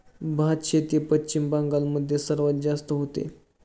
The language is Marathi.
भातशेती पश्चिम बंगाल मध्ये सर्वात जास्त होते